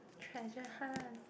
treasure hunt